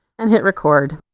and hit record.